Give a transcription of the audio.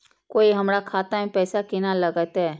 कोय हमरा खाता में पैसा केना लगते?